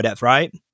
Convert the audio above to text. right